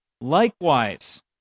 Likewise